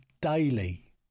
daily